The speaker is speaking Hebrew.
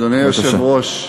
אדוני היושב-ראש,